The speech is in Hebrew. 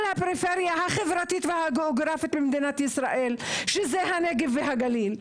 הפריפריה החברתית והגאוגרפית במדינת ישראל שהיא הנגב והגליל,